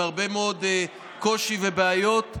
עם הרבה מאוד קושי ובעיות,